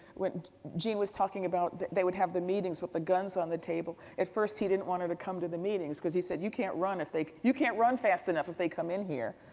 when jeanne was talking about, they would have the meetings with guns on the table. at first he didn't want her to come to the meetings because he said you can't run if they, you can't run fast enough if they come in here.